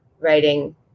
writing